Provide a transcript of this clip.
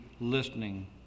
listening